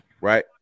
Right